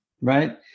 right